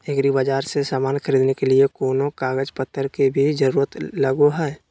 एग्रीबाजार से समान खरीदे के लिए कोनो कागज पतर के भी जरूरत लगो है?